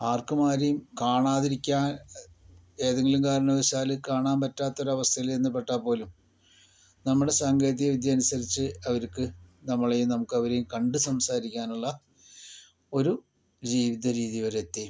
ആർക്കും ആരെയും കാണാതിരിക്കാൻ ഏതെങ്കിലും കാരണവശാൽ കാണാൻ പറ്റാത്ത ഒരു അവസ്ഥയിൽ ചെന്ന് പെട്ടാൽപോലും നമ്മുടെ സാങ്കേതികവിദ്യ അനുസരിച്ച് അവർക്ക് നമ്മളെയും നമുക്ക് അവരേയും കണ്ട് സംസാരിക്കാനുള്ള ഒരു ജീവിതരീതി വരെ എത്തി